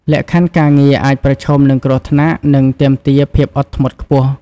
លក្ខខណ្ឌការងារអាចប្រឈមនឹងគ្រោះថ្នាក់ និងទាមទារភាពអត់ធ្មត់ខ្ពស់ ។